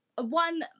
one